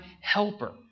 helper